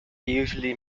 usually